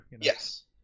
Yes